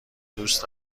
دوست